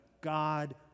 God